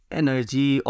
energy